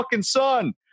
son